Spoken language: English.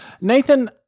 Nathan